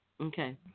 Okay